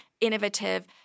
innovative